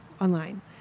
online